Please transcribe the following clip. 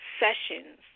sessions